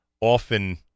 often